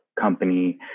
company